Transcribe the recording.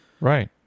Right